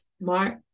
Mark